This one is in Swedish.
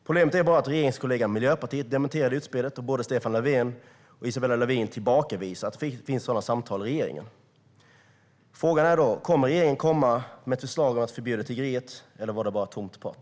Problemet är bara att regeringskollegan Miljöpartiet dementerade utspelet, och både Stefan Löfven och Isabella Lövin tillbakavisar att det förs sådana samtal i regeringen. Kommer regeringen att komma med ett förslag om att förbjuda tiggeri, eller var det bara tomt prat?